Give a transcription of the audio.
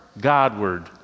Godward